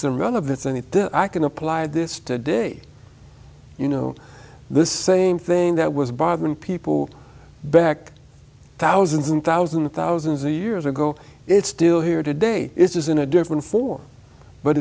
and i can apply this today you know this same thing that was bothering people back thousands and thousands of thousands of years ago it's still here today is in a different form but